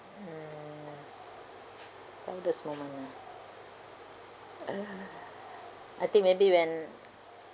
mm proudest moment ah I think maybe when